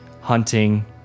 hunting